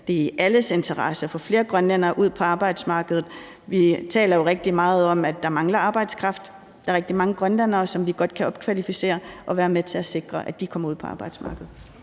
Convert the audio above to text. det er i alles interesse at få flere grønlændere ud på arbejdsmarkedet. Vi taler jo rigtig meget om, at der mangler arbejdskraft, og der er rigtig mange grønlændere, som vi godt kan opkvalificere, og hvor vi kan være med til at sikre, at de kommer ud på arbejdsmarkedet.